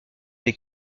des